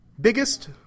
Biggest